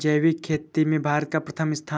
जैविक खेती में भारत का प्रथम स्थान